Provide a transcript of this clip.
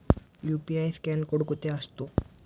UPI scan code कुठे असतो?